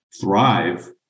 thrive